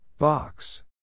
Box